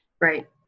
Right